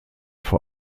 vor